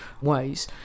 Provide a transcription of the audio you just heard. ways